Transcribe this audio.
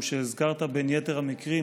שהיא הסיעה הגדולה ביותר בסיעות האופוזיציה.